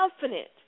confident